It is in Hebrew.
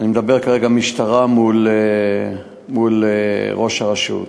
אני מדבר כרגע על המשטרה מול ראש הרשות.